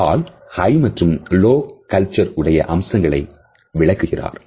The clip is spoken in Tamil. ஹால் ஹய் மற்றும் லோ கல்ச்சர் உடைய அம்சங்களை விளக்குகிறார்